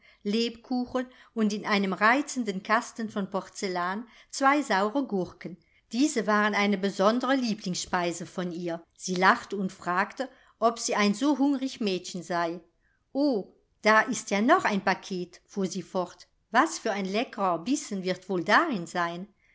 lebkuchen und in einem reizenden kasten von porzellan zwei saure gurken diese waren eine besondere lieblingsspeise von ihr sie lachte und fragte ob sie ein so hungrig mädchen sei o da ist ja noch ein paket fuhr sie fort was für ein leckerer bissen wird wohl darin sein